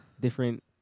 different